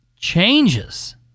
Changes